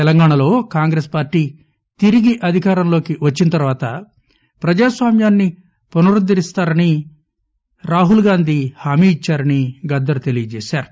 తెలంగాణాలో కాంగ్రెస్పార్టీతిరిగిఅధికారంలో కివచ్చినతర్వాతప్రజాస్వామ్యాన్ని పునరుద్ధరిస్తా మనిరాహుల్గాంధీహామీఇచ్చారనిగద్దర్తెలియజేశారు